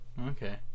Okay